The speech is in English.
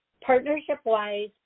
partnership-wise